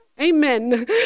Amen